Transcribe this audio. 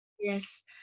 Yes